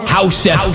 House